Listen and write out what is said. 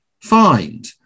find